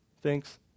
Thanks